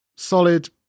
Solid